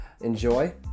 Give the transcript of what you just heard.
enjoy